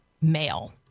male